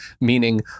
meaning